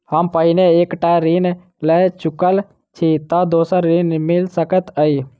हम पहिने एक टा ऋण लअ चुकल छी तऽ दोसर ऋण मिल सकैत अई?